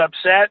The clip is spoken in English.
upset